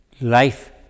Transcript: life